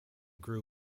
grew